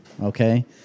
Okay